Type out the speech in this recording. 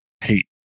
hate